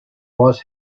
los